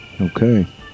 okay